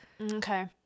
okay